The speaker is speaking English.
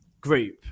group